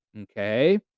Okay